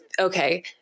Okay